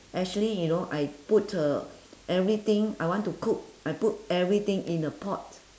actually you know I put uh everything I want to cook I put everything in a pot